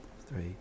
three